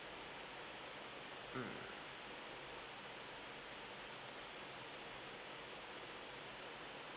mm